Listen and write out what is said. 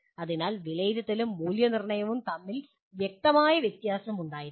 അതിനാൽ വിലയിരുത്തലും മൂല്യനിർണ്ണയവും തമ്മിൽ വ്യക്തമായ വ്യത്യാസം ഉണ്ടായിരിക്കണം